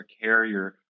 carrier